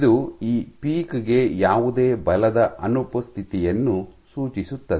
ಇದು ಈ ಪೀಕ್ ಗೆ ಯಾವುದೇ ಬಲದ ಅನುಪಸ್ಥಿತಿಯನ್ನು ಸೂಚಿಸುತ್ತದೆ